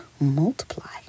multiply